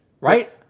Right